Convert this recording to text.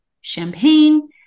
champagne